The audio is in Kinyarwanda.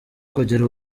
kugira